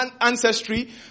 ancestry